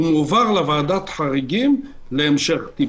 מועבר לוועדת החריגים להמשך טיפול.